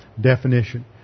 definition